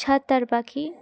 ছাতার পাখি